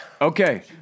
Okay